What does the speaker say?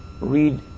read